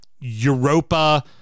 Europa